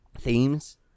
themes